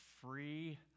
free